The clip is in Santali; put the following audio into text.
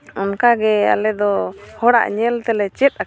ᱚᱱᱠᱟᱜᱮ ᱟᱞᱮ ᱫᱚ ᱦᱚᱲᱟᱜ ᱧᱮᱞ ᱛᱮᱞᱮ ᱪᱮᱫ ᱟᱠᱟᱱᱟ